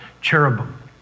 Cherubim